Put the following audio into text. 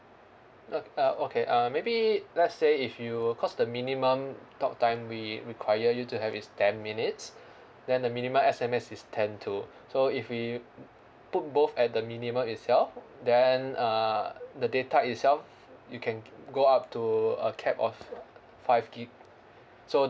look uh okay uh maybe let's say if you will because the minimum talk time we require you to have is ten minutes then the minimum S_M_S is ten too so if we put both at the minimum itself then uh the data itself you can go up to a cap of five gigabyte so